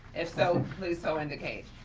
if so, please so indicate.